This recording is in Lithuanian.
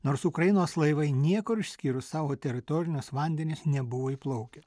nors ukrainos laivai niekur išskyrus savo teritorinius vandenis nebuvo įplaukę